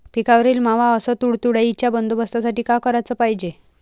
पिकावरील मावा अस तुडतुड्याइच्या बंदोबस्तासाठी का कराच पायजे?